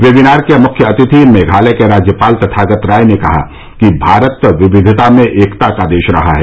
webinar के मुख्य अतिथि मेघालय के राज्यपाल तथागत राय ने कहा कि भारत विविधता में एकता का देश रहा है